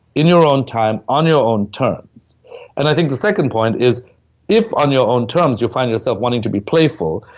in your own time, on your own terms and i think the second point is if on your own terms you find yourself wanting to be playful.